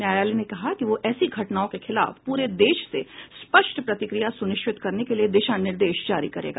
न्यायालय ने कहा कि वह ऐसी घटनाओं के खिलाफ पूरे देश से स्पष्ट प्रतिक्रिया सुनिश्चित करने के लिए दिशा निर्देश जारी करेगा